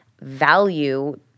value